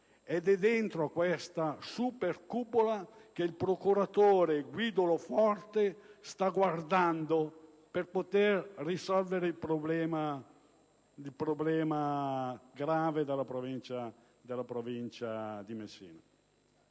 Ed è dentro a questa supercupola che il procuratore Guido Lo Forte sta guardando», per poter risolvere il problema grave della provincia di Messina.